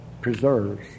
preserves